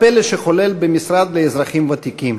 הפלא שחולל במשרד לאזרחים ותיקים: